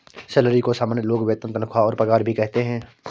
salary को सामान्य लोग वेतन तनख्वाह और पगार भी कहते है